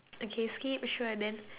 okay skip sure then